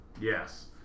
Yes